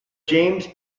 james